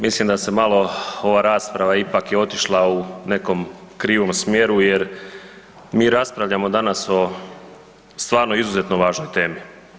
Mislim da se malo ova rasprava je ipak otišla u nekom krivom smjeru jer mi raspravljamo danas o stvarno izuzeto važnoj temi.